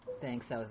Thanks